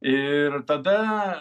ir tada